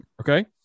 Okay